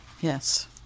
Yes